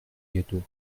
gâteaux